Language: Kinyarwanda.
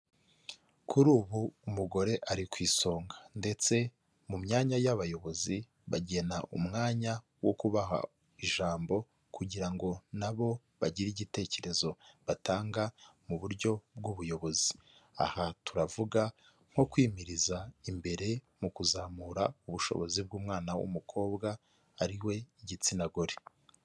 Kuri ubu umugore ari ku isonga, ndetse mu myanya y'abayobozi, bagena umwanya wo kubaha ijambo kugira ngo na bo bagire igitecyerezo batanga mu buryo bw'ubuyobozi, aha turavuga, nko kwimiriza imbere mu kuzamura ubushobozi bw'umwana w'umukobwa ari we igitsina gore.